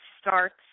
starts